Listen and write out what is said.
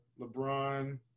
LeBron